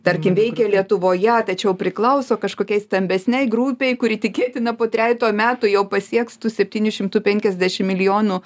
tarkim veikia lietuvoje tačiau priklauso kažkokiai stambesnei grupei kuri tikėtina po trejeto metų jau pasieks tų septynių šimtų penkiasdešim milijonų